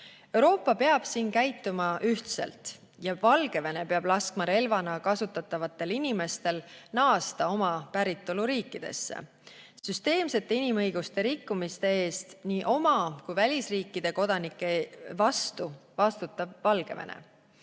Euroopa peab siin käituma ühtselt ja Valgevene peab laskma relvana kasutatavatel inimestel naasta oma päritoluriikidesse. Inimõiguste süsteemse rikkumiste eest nii oma kui välisriikide kodanike vastu vastutab Valgevene.